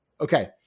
Okay